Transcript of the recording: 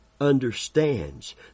understands